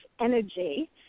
energy